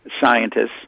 scientists